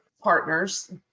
partners